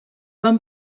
van